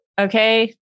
okay